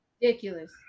ridiculous